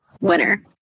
winner